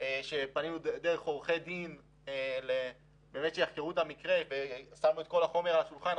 כשפנינו דרך עורכי דין שיחקרו את המקרה ושמנו את כל החומר על השולחן,